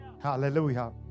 hallelujah